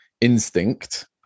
instinct